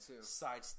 side